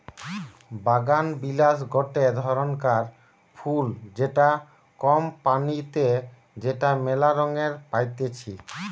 বাগানবিলাস গটে ধরণকার ফুল যেটা কম পানিতে যেটা মেলা রঙে পাইতিছি